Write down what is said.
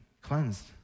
cleansed